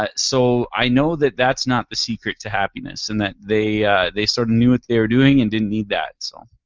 ah so i know that that's not the secret to happiness and they they sort of knew what they were doing and didn't need that. so